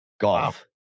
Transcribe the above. Golf